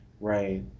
Right